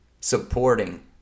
supporting